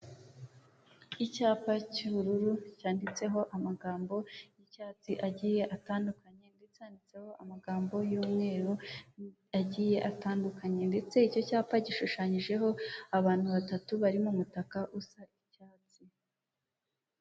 Icyapa cy'ubururu cyanditseho amagambo y'icyatsi agiye atandukanye ndetse handitseho amagambo y'umweru agiye atandukanye ndetse icyo cyapa gishushanyijeho abantu batatu bari mu mutaka usa icyatsi.